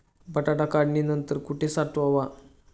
बटाटा काढणी नंतर कुठे साठवावा?